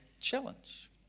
challenge